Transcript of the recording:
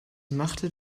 machte